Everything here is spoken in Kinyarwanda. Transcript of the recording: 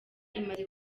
imaze